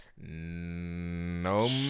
no